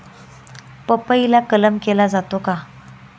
पपईला कलम केला जातो का?